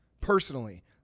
personally